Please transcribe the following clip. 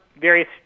various